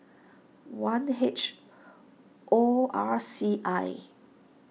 one H O R C I